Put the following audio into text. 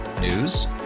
News